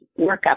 workup